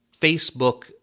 Facebook